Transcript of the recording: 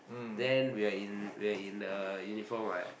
then we are in we are in the uniform what